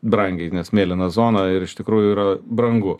brangiai nes mėlyna zona ir iš tikrųjų yra brangu